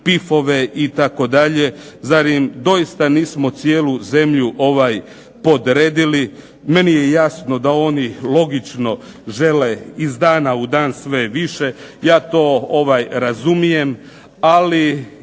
pifove itd. Zar im doista nismo cijelu zemlju podredili. Meni je jasno da oni logično žele iz dana u dan sve više. Ja to razumijem,